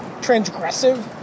transgressive